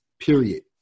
period